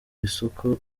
isoko